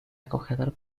acogedor